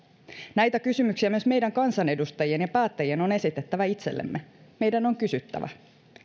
näitä kysymyksiä myös meidän kansanedustajien ja päättäjien on esitettävä itsellemme meidän on kysyttävä